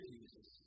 Jesus